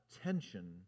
attention